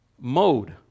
mode